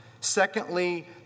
Secondly